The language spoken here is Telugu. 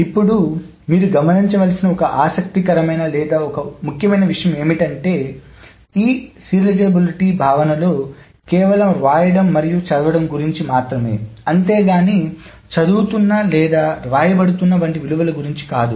ఇప్పుడు మీరు గమనించవలసిన ఒక ఆసక్తికరమైన లేదా ఒక ముఖ్యమైన విషయం ఏమిటంటే ఈ సీరియలైజబిలిటీ భావనలు కేవలం వ్రాయడం మరియు చదవడం గురించి మాత్రమే అంతేగాని చదువుతున్నా లేదా వ్రాయ బడుతున్నా వంటి విలువలు గురించి కాదు